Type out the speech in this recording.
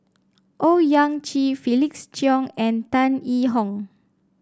Owyang Chi Felix Cheong and Tan Yee Hong